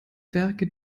werke